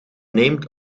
named